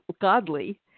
godly